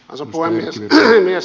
arvoisa puhemies